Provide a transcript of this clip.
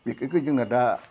बिखेकखै जोंना दा